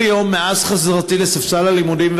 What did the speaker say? כל יום מאז חזירתי לספסל הלימודים,